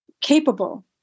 capable